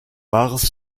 wahres